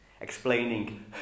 explaining